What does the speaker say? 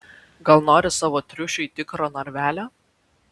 gal nori savo triušiui tikro narvelio